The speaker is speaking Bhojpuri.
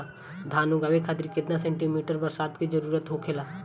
धान उगावे खातिर केतना सेंटीमीटर बरसात के जरूरत होखेला?